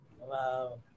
wow